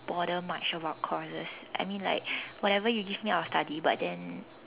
bother much about courses I mean like whatever you give me I will study but then